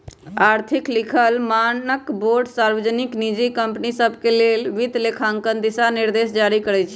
आर्थिक लिखल मानकबोर्ड सार्वजनिक, निजी कंपनि सभके लेल वित्तलेखांकन दिशानिर्देश जारी करइ छै